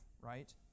right